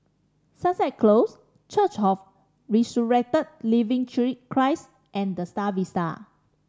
Sunset Close Church of Resurrected Living Christ and The Star Vista